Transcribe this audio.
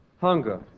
hunger